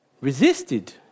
Resisted